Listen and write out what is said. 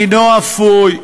אינו אפוי.